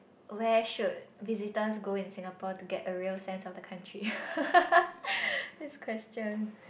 where should visitors go in Singapore to get a real sense of the country this question